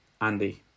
Andy